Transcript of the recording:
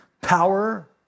power